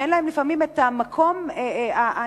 שאין להם לפעמים המקום הנגיש,